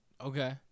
Okay